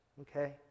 okay